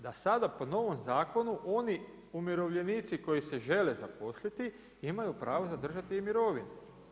Da sada po novom zakonu oni umirovljenici koji se žele zaposliti imaju pravo zadržati i mirovinu.